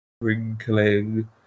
wrinkling